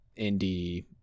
indie